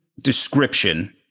description